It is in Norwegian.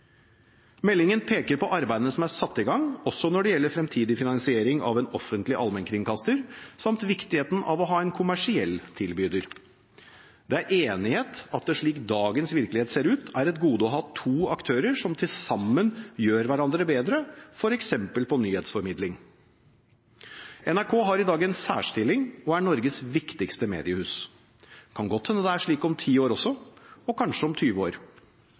Meldingen peker på arbeidene som er satt i gang også når det gjelder fremtidig finansiering av en offentlig allmennkringkaster, samt viktigheten av å ha en kommersiell tilbyder. Det er enighet om at det slik dagens virkelighet ser ut, er et gode å ha to aktører som til sammen gjør hverandre bedre, f.eks. på nyhetsformidling. NRK har i dag en særstilling og er Norges viktigste mediehus. Det kan godt hende det er slik om 10 år også, og kanskje om 20 år.